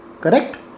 Correct